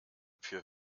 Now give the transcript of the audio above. für